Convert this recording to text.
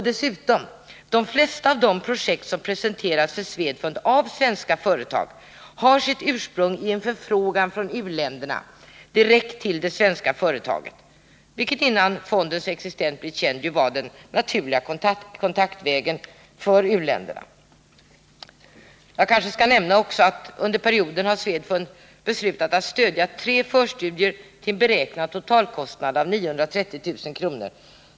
De flesta av de projekt som har presenterats för SWEDFUND av svenska företag har dessutom sitt ursprung i en förfrågan från u-landet direkt till det svenska företaget, vilket innan fondens existens blivit känd var den naturliga kontaktvägen för uländerna. Under perioden har SNEDFUND beslutat stödja tre förstudier till en beräknad totalkostnad av 930 000 kr.